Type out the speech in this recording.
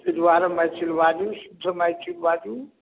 ताहि दुआरे मैथिल बाजू शुद्ध मैथिल बाजू